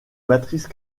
matrice